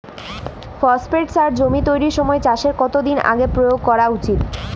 Phosphate সার জমি তৈরির সময় চাষের কত দিন আগে প্রয়োগ করা উচিৎ?